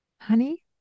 Honey